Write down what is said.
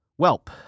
Welp